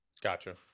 Gotcha